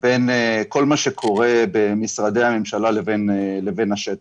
בין כל מה שקורה במשרדי הממשלה לבין השטח.